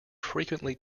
frequently